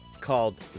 called